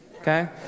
okay